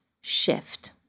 shift